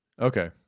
Okay